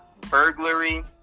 burglary